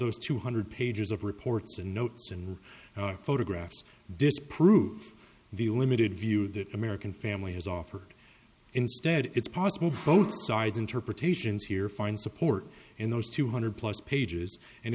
those two hundred pages of reports and notes and photographs disprove the limited view that american family has offered instead it's possible both sides interpretations here find support in those two hundred plus pages and